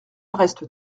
reste